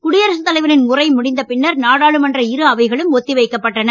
குடியரசுத் தலைவரின் உரை முடிந்த பின்னர் நாடாளுமன்ற இரு அவைகளும் ஒத்திவைக்கப்பட்டன